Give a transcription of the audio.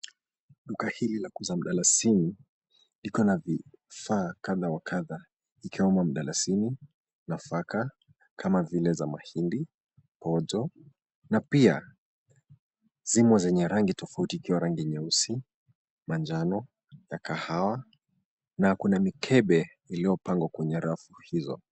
Duka hili la kuuza mdalasini iko na vifaa kadha wa kadha ikiwemo mdalasini, nafaka kama vile za mahindi, pojo, na pia zimo zenye rangi tofauti kama vile nyeusi, manjano, ya kahawa. Na kuna mikebe iliyopangwa kwenye rafu hizo.